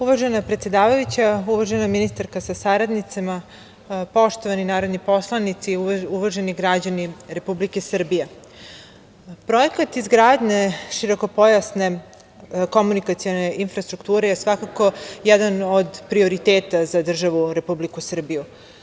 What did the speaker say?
Uvažena predsedavajuća, uvažena ministarka sa saradnicima, poštovani narodni poslanici, uvaženi građani Republike Srbije, Projekat izgradnje širokopojasne komunikacione infrastrukture je svakako jedan od prioriteta za državu Republiku Srbiju.